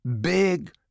big